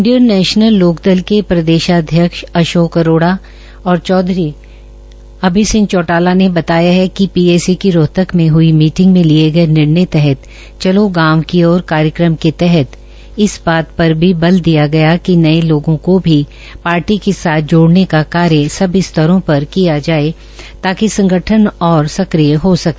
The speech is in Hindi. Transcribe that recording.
इंडियन नेशनल लोकदल के प्रदेशाध्यक्ष अशोक अरोड़ा और चौधरी अभय सिंह चौटाला ने बताया कि पीएसी की रोहतक में हई मीटिंग में लिए गए निर्णय तहत चलो गांव की ओर कार्यक्रम के तहत इस बात पर भी बल दिया गया कि नए लोगों को भी पार्टी के साथ जोडऩे का कार्य सभी स्तरों पर किया जाए ताकि संगठन और सक्रिय हो सके